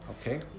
Okay